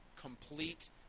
complete